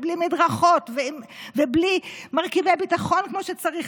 בלי מדרכות ובלי מרכיבי ביטחון כמו שצריך,